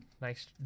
Nice